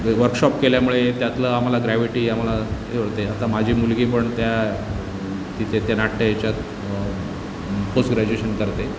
एक वर्कशॉप केल्यामुळे त्यातलं आम्हाला ग्रॅवीटी आम्हाला हे होते आता माझी मुलगी पण त्या तिथे त्या नाट्य ह्याच्यात पोस्ट ग्रॅजूएशन करते